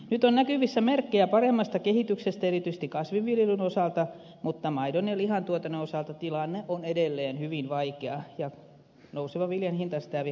nyt on näkyvissä merkkejä paremmasta kehityksestä erityisesti kasvinviljelyn osalta mutta maidon ja lihantuotannon osalta tilanne on edelleen hyvin vaikea ja nouseva viljan hinta sitä vielä vaikeuttaa